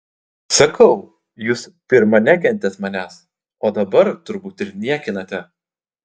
sakau jūs pirma nekentėt manęs o dabar turbūt ir niekinate